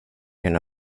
kunna